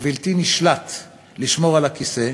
ובלתי נשלט לשמור על הכיסא.